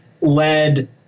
led